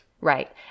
Right